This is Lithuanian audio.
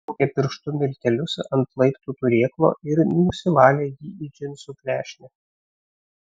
jis perbraukė pirštu miltelius ant laiptų turėklo ir nusivalė jį į džinsų klešnę